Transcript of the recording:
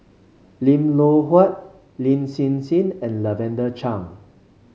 Lim Loh Huat Lin Hsin Hsin and Lavender Chang